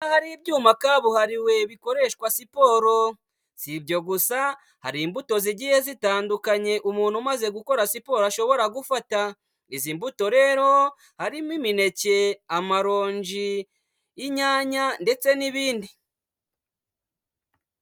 Aha hari ibyuma kabuharibuye bikoreshwa siporo sibyo gusa, hari imbuto zigiye zitandukanye umuntu umaze gukora siporo ashobora gufata. Izi mbuto rero harimo imineke, amarongi, inyanya ndetse n'ibindi.